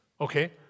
Okay